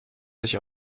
sich